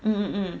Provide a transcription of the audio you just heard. mm mm